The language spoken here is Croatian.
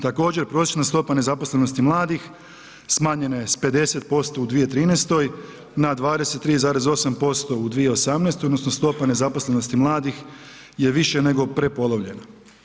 Također prosječna stopa nezaposlenosti mladih smanjena je s 50% u 2013. na 23,8% u 2018. odnosno stopa nezaposlenosti mladih je više nego prepolovljena.